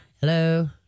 Hello